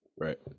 Right